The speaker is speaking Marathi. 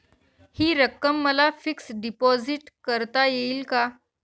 हि रक्कम मला फिक्स डिपॉझिट करता येईल का?